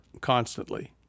constantly